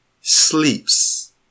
sleeps